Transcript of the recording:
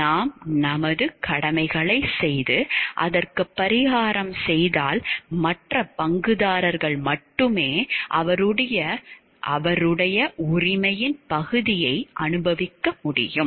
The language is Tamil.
நாம் நமது கடமைகளைச் செய்து அதற்குப் பரிகாரம் செய்தால் மற்ற பங்குதாரர்கள் மட்டுமே அவருடைய உரிமையின் பகுதியை அனுபவிக்க முடியும்